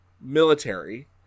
military